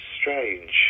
strange